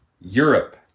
Europe